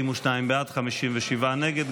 42 בעד, 57 נגד.